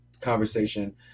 conversation